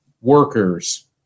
workers